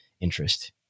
interest